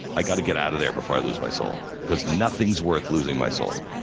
i gotta get out of there before i lose my soul. because nothing's worth losing my soul.